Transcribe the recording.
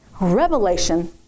Revelation